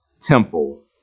temple